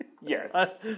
Yes